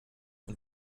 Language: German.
und